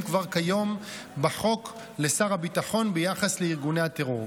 כבר כיום בחוק לשר הביטחון ביחס לארגוני הטרור.